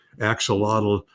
Axolotl